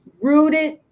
rooted